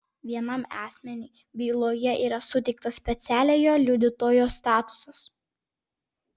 vienam asmeniui byloje yra suteiktas specialiojo liudytojo statusas